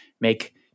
make